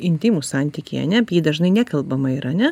intymūs santykiai ane apie jį dažnai nekalbama yra ane